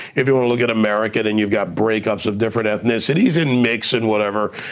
if you want to look at america, then you've got breakups of different ethnicities and mix and whatever.